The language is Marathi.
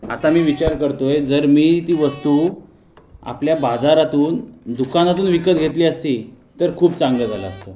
आता मी विचार करतो आहे जर मी ती आपल्या बाजारातून दुकानातून विकत घेतली असती तर खूप चांगलं झालं असतं